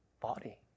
body